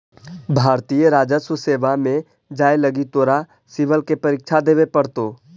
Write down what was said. भारतीय राजस्व सेवा में जाए लगी तोरा सिवल के परीक्षा देवे पड़तो